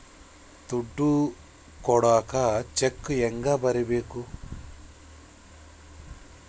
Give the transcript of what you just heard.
ದುಡ್ಡು ಕೊಡಾಕ ಚೆಕ್ ಹೆಂಗ ಬರೇಬೇಕು?